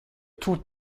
tout